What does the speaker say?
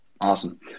Awesome